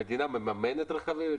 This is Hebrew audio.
המדינה מממנת רכבים,